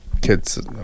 kids